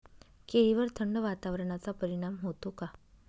केळीवर थंड वातावरणाचा परिणाम होतो का?